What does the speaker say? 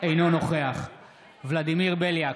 אינו נוכח ולדימיר בליאק,